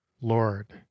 lord